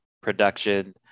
production